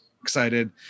excited